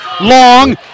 long